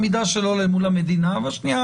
היא העמידה שלו מול המדינה והשנייה,